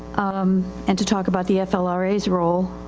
um, and to talk about the flrais role.